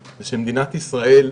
זה שמדינת ישראל,